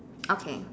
okay